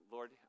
Lord